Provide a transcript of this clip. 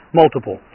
multiple